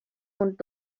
und